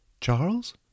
Charles